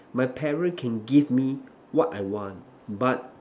my parent can give me what I want but